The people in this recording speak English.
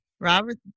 robert